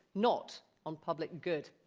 not on public good.